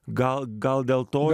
gal gal dėl to